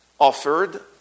offered